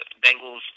Bengals